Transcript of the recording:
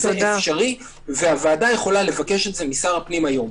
זה אפשרי והוועדה יכולה לבקש זאת משר הפנים היום.